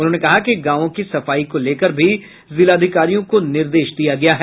उन्होंने कहा कि गांवों की सफाई को लेकर भी जिलाधिकारियों को निर्देश दिया गया है